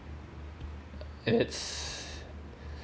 that’s